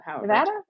Nevada